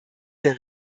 der